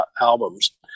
albums